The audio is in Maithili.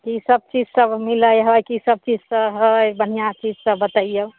की सब चीज मिलै हइ की सब हइ बढिऑं चीज सब बतैयौ